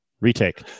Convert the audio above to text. Retake